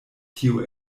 tio